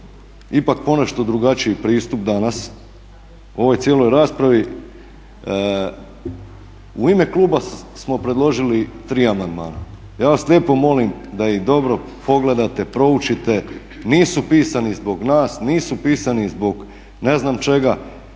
ipak ponešto drugačiji pristup danas ovoj cijeloj raspravi u ime kluba smo predložili tri amandmana. Ja vas lijepo molim da ih dobro pogledate, proučite. Nisu pisani zbog nas, nisu pisani zbog ne znam čega.